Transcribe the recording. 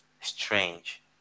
strange